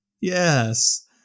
Yes